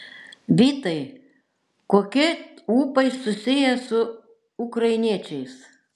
vytai kokie ūpai susiję su ukrainiečiais